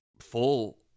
full